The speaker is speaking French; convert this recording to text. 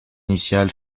initial